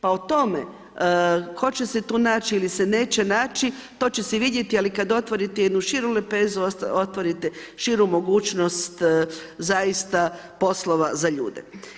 Pa o tome tko će se tu naći ili se neće naći to će se vidjeti ali kad otvorite jednu širu lepezu otvorite širu mogućnost zaista poslova za ljude.